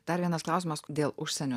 dar vienas klausimas dėl užsienio